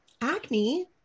acne